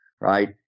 right